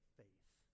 faith